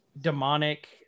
demonic